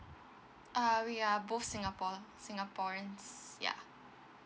uh we are both singapore singaporeans ya